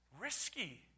risky